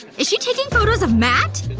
is she taking photos of matt?